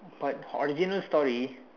what original story